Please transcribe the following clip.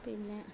പിന്നെ